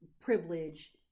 privilege